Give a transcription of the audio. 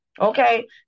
Okay